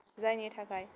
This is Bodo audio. जायनि थाखाय